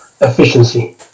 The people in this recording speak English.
efficiency